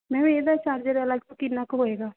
ma'am ਇਹ ਦਾ charge ਅਲੱਗ ਤੋਂ ਕਿੰਨਾ ਕੁ ਹੋਵੇਗਾ